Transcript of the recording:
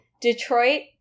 detroit